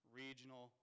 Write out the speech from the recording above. regional